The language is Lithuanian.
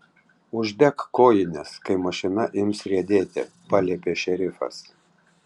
uždek kojines kai mašina ims riedėti paliepė šerifas